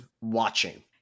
watching